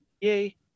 Yay